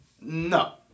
No